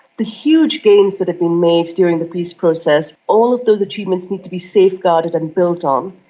the huge gains that have been made during the peace process all of those achievements need to be safeguarded and built on.